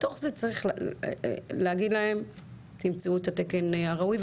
בתוך זה צריך להגיד להם תמצאו את התקן הראוי.